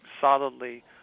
solidly